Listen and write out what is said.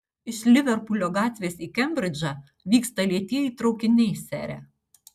iš liverpulio gatvės į kembridžą vyksta lėtieji traukiniai sere